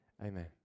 Amen